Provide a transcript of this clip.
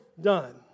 done